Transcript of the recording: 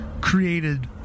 created